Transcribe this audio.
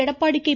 Edappadi K